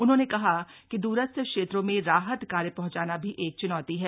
उन्होंने कहा कि द्रस्थ क्षेत्रों में राहत कार्य पहंचाना भी एक च्नौती है